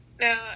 No